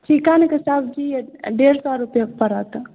चिकनके सबजी डेढ़ सए रुपए पड़त